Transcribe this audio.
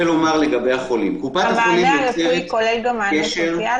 לגבי החולים, הוא כולל גם מענה נפשי